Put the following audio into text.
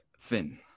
thin